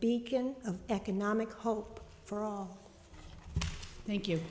beacon of economic hope for all thank you